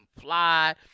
fly